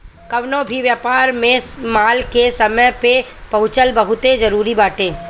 कवनो भी व्यापार में माल के समय पे पहुंचल बहुते जरुरी बाटे